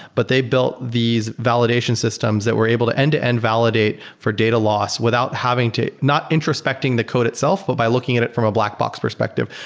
but they built these validation systems that were able to end-to-end validate for data loss without having to not introspecting the code itself, but by looking at it from a blackbox perspective.